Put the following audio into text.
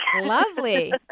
Lovely